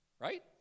right